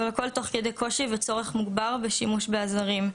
אבל הכול תוך כדי קושי וצורך מוגבר בשימוש בעזרים,